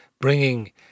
bringing